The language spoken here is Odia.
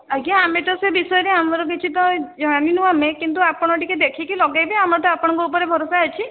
ଆଜ୍ଞା ଆମେ ତ ସେ ବିଷୟରେ ଆମର କିଛି ତ ଜାଣିନୁ ଆମେ କିନ୍ତୁ ଆପଣ ଟିକେ ଦେଖିକି ଲଗାଇବେ ଆମେ ତ ଆପଣଙ୍କ ଉପରେ ଭରଷା ଅଛି